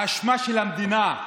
האשמה של המדינה.